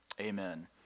Amen